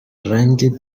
رنگ